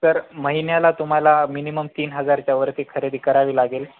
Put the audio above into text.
तर महिन्याला तुम्हाला मिनिमम तीन हजारच्यावरती खरेदी करावी लागेल